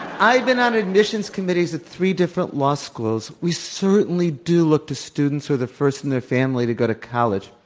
i've been on admissions committees at three different law schools. we certainly do look to students who are the first in their family to go to college,